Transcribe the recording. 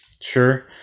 sure